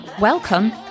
Welcome